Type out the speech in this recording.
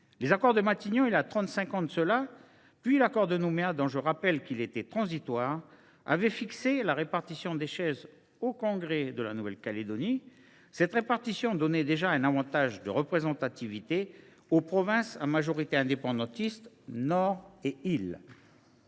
Les accords de Matignon, il y a trente six ans de cela, puis l’accord de Nouméa, dont je rappelle qu’il était transitoire, ont fixé la répartition des sièges au congrès de la Nouvelle Calédonie. Cette répartition donnait déjà un avantage de représentativité aux provinces à majorité indépendantiste : Nord et îles